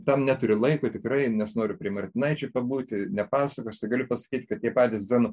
tam neturiu laiko tikrai nes noriu prie martynaičio pabūti nepasakosiu tegaliu pasakyti kad tie patys dzenono